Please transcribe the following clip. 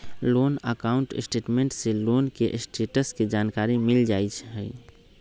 loan account statement से loan के status के जानकारी मिल जाइ हइ